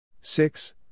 Six